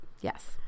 Yes